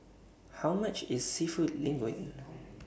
How much IS Seafood Linguine